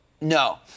No